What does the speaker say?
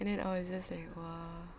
and then I was just like !wah!